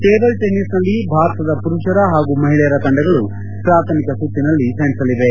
table ಟೆನಿಸ್ನಲ್ಲಿ ಭಾರತದ ಪುರುಷರ ಹಾಗೂ ಮಹಿಳೆಯರ ತಂಡಗಳು ಪ್ರಾಥಮಿಕ ಸುತ್ತಿನಲ್ಲಿ ಸೆಣಸಲಿವೆ